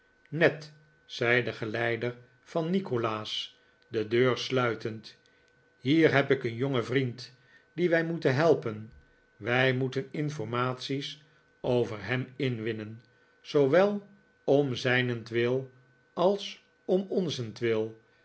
ned zei de geleider van nikolaas de deur sluitend hier heb ik een jongen vriend dien wij moeten helpen wij moeten informaties over hem inwinnen zoowel om zijnentwil als om onzentwil